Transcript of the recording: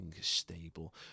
stable